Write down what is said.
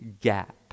gap